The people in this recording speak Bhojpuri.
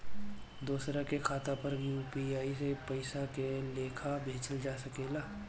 दोसरा के खाता पर में यू.पी.आई से पइसा के लेखाँ भेजल जा सके ला?